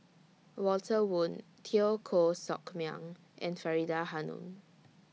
Walter Woon Teo Koh Sock Miang and Faridah Hanum